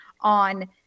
on